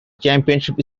championship